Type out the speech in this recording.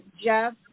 Jeff